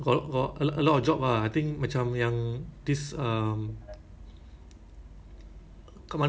ah office ah and typing or sending email those basic admin work ah